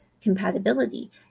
compatibility